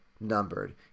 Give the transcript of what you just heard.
numbered